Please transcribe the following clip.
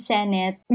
Senate